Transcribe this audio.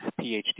PhD